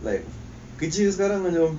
like kerja sekarang macam